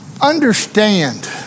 Understand